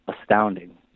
astounding